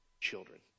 children